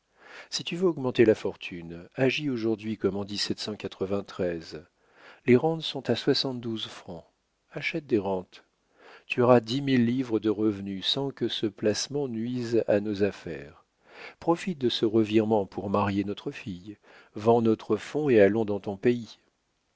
si tu veux augmenter ta fortune agis aujourd'hui comme en les rentes sont à soixante-douze francs achète des rentes tu auras dix mille livres de revenu sans que ce placement nuise à nos affaires profite de ce revirement pour marier notre fille vends notre fonds et allons dans ton pays